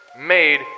made